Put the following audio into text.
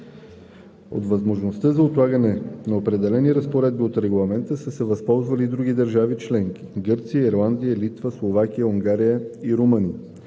От възможността за отлагане на определени разпоредби от Регламента са се възползвали и други държави членки – Гърция, Ирландия, Литва, Словакия, Унгария и Румъния.